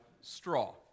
straw